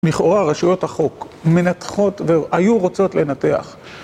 לכאורה רשויות החוק מנתחות והיו רוצות לנתח